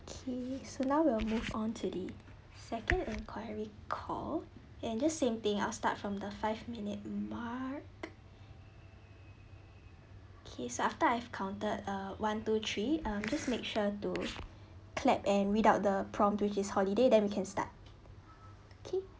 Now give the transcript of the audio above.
okay so now we'll move on to the second inquiry call and just same thing I'll start from the five minute mark okay so after I've counted uh one two three um just make sure to clap and without the prompt which is holiday then we can start okay